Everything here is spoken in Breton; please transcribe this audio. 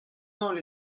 holl